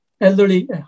elderly